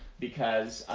because